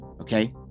Okay